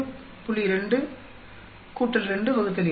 2 2 2 8